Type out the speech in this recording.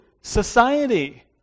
society